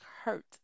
hurt